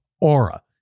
Aura